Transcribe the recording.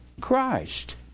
Christ